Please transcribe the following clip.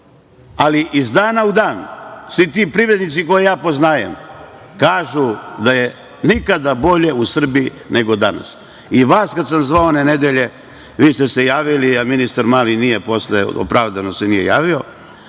ali iz dana u dan, svi ti privrednici koje ja poznajem kažu da je nikada bolje u Srbiji nego danas. I vas kada sam zvao one nedelje, vi ste se javili, a ministar Mali nije, opravdano se nije javio,